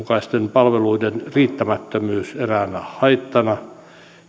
palveluiden riittämättömyys eräänä haittana